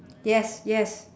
yes yes